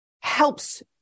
helps